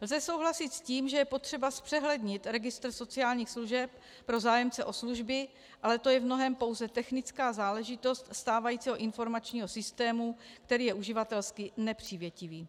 Lze souhlasit s tím, že je potřeba zpřehlednit registr sociálních služeb pro zájemce o služby, ale to je v mnohém pouze technická záležitost stávajícího informačním systému, který je uživatelsky nepřívětivý.